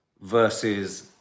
versus